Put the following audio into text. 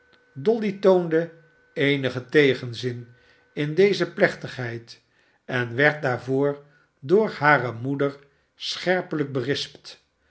dolly toonde eenigen tegenzin in deze plechtigheid en werd daarvoor door hare moeder scherpelijk berispt